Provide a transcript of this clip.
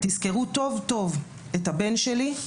תזכרו טוב טוב את הבן שלי,